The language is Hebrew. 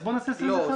אז בואו נעשה 21. לא,